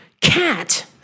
cat